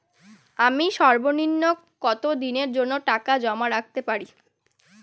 আমি সর্বনিম্ন কতদিনের জন্য টাকা জমা রাখতে পারি?